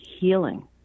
healing